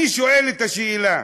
אני שואל את השאלה,